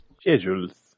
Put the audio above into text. Schedules